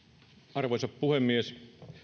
arvoisa puhemies